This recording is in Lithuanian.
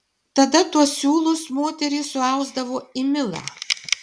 tada tuos siūlus moterys suausdavo į milą